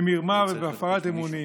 במרמה ובהפרת אמונים.